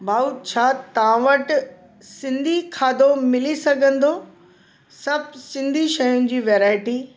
भाउ छा तव्हां वटि सिंधी खाधो मिली सघंदो सभु सिंधी शयुनि जी वैरायटी